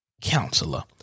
Counselor